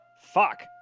Fuck